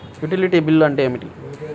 Utility bill అంటే ఏమిటి?